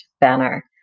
banner